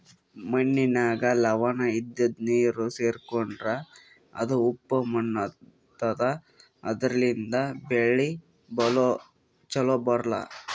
ಮಣ್ಣಿನಾಗ್ ಲವಣ ಇದ್ದಿದು ನೀರ್ ಸೇರ್ಕೊಂಡ್ರಾ ಅದು ಉಪ್ಪ್ ಮಣ್ಣಾತದಾ ಅದರ್ಲಿನ್ಡ್ ಬೆಳಿ ಛಲೋ ಬರ್ಲಾ